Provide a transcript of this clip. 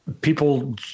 people